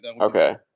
Okay